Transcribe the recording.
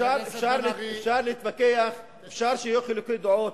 אפשר להתווכח, אפשר שיהיו חילוקי דעות,